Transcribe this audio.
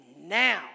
now